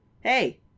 Hey